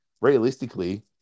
realistically